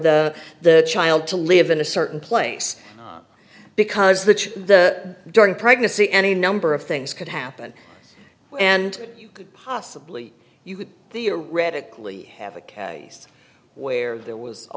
the the child to live in a certain place because that the during pregnancy any number of things could happen and you could possibly you could theoretically have a case where there was a